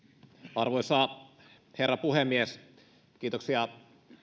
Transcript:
arvoisa herra puhemies kiitoksia